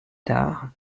tard